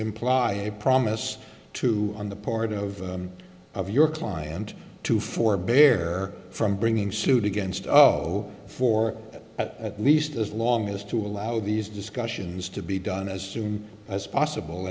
imply a promise to on the part of of your client to forbear from bringing suit against zero for at least as long as to allow these discussions to be done as soon as possible